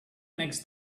next